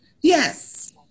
Yes